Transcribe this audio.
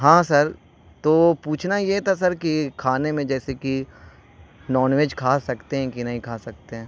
ہاں سر تو پوچھنا یہ تھا سر کہ کھانے میں جیسے کہ نان ویج کھا سکتے ہیں کہ نہیں کھا سکتے ہیں